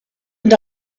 and